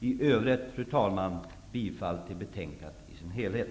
I övrigt yrkar jag bifall till utskottets hemställan i dess helhet.